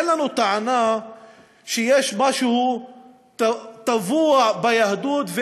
אין לנו טענה שיש משהו טבוע ביהדות,